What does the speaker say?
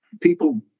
people